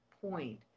point